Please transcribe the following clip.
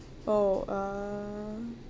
oh uh